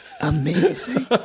amazing